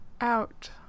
out